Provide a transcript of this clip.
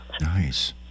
Nice